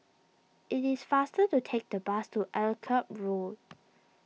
it is faster to take the bus to Akyab Road